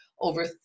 Over